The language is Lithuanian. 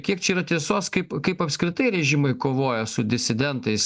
kiek čia yra tiesos kaip kaip apskritai režimai kovoja su disidentais